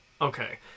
Okay